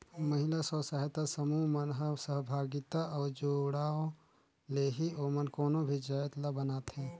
महिला स्व सहायता समूह मन ह सहभागिता अउ जुड़ाव ले ही ओमन कोनो भी जाएत ल बनाथे